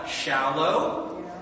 shallow